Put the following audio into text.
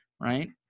right